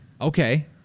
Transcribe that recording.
Okay